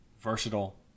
versatile